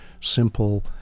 simple